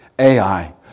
AI